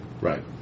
right